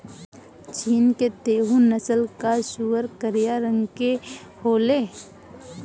चीन के तैहु नस्ल कअ सूअर करिया रंग के होले